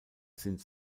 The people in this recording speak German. sind